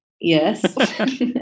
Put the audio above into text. Yes